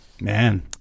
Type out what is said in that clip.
Man